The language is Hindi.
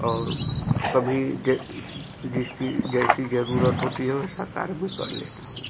और कभी जिसकी जैसी जरूरत होती है वैसा कार्य भी कर लेता हूँ